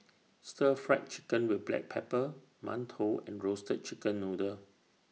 Stir Fry Chicken with Black Pepper mantou and Roasted Chicken Noodle